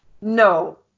No